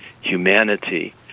humanity